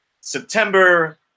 September